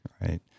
Right